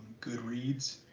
Goodreads